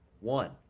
One